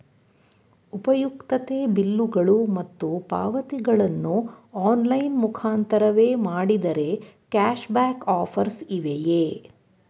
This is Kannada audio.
ಉಪಯುಕ್ತತೆ ಬಿಲ್ಲುಗಳು ಮತ್ತು ಪಾವತಿಗಳನ್ನು ಆನ್ಲೈನ್ ಮುಖಾಂತರವೇ ಮಾಡಿದರೆ ಕ್ಯಾಶ್ ಬ್ಯಾಕ್ ಆಫರ್ಸ್ ಇವೆಯೇ?